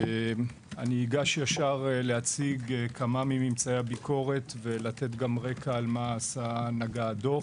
אני אגש ישר להציג כמה ממצאי הביקורת ולתת גם רקע במה נגע הדוח.